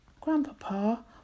Grandpapa